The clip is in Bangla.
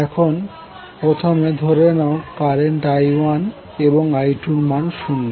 এখন প্রথমে ধরে নাও কারেন্ট i1 এবং i2 এর মান শূন্য